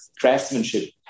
craftsmanship